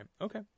okay